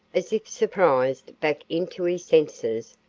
as if surprised back into his senses,